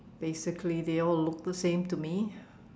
basically they all look the same to me